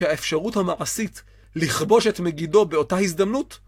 האפשרות המעשית לכבוש את מגידו באותה הזדמנות